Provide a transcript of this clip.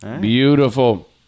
Beautiful